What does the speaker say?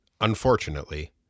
Unfortunately